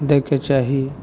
दैके चाही